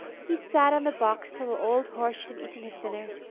he sat on the box till the old horse should have eaten his dinner.